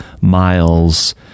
miles